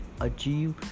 achieve